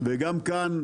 וגם כאן,